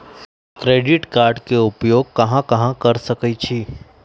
Credit card के उपयोग कहां कहां कर सकईछी?